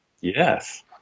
yes